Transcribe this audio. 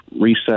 reset